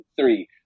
three